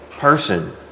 person